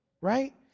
right